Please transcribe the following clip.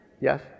Yes